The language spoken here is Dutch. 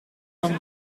van